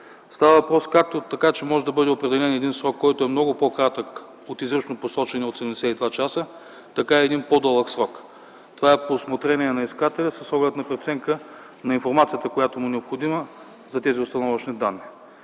Става въпрос, че може да бъде определен както един срок, който е много по-кратък от изрично посочения от 72 часа, така и един по-дълъг срок. Това е по усмотрение на искателя с оглед преценка на информацията, която му е необходима за тези установъчни данни.